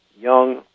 young